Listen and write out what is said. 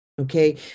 Okay